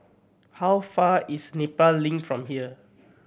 how far is Nepal Link from here